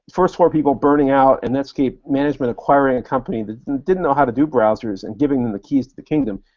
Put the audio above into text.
first four people burning out and netscape management acquiring a company that didn't know how to do browsers and giving them the keys to the kingdom,